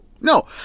No